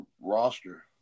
roster